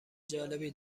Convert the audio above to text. جالبی